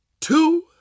two